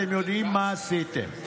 אתם יודעים מה עשיתם.